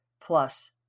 plus